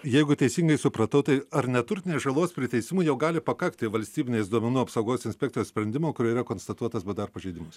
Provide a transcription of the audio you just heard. jeigu teisingai supratau tai ar neturtinės žalos priteisimui jau gali pakakti valstybinės duomenų apsaugos inspekcijos sprendimo kuriuo yra konstatuotas bdr pažeidimas